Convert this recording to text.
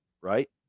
right